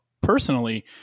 personally